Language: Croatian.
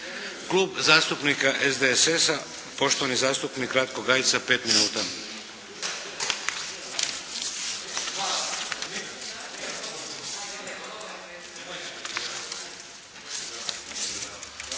Klub zastupnika SDSS-a poštovani zastupnik Ratko Gajica 5 minuta.